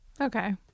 Okay